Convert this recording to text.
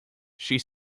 she